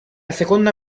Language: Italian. seconda